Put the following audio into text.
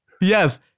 Yes